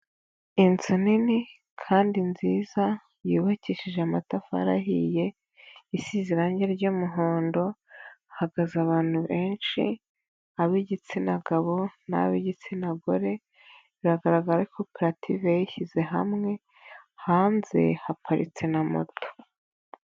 Inzu nini kandi nziza yubakishije amatafari ahiye, isize irangi ry'umuhondo hahagaze abantu benshi ab'igitsina gabo n'ab'igitsina gore biragaragara ko ari koperative yishyize hamwe hanze haparitse na moto.